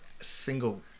single